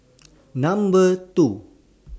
Number two